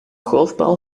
golfbal